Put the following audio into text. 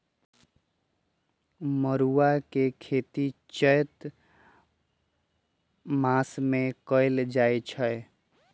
मरुआ के खेती चैत मासमे कएल जाए छै